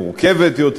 מורכבת יותר.